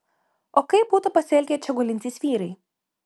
o kaip būtų pasielgę čia gulintys vyrai